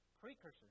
precursor